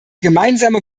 gemeinsame